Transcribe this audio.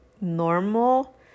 normal